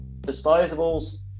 Disposables